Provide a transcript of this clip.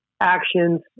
actions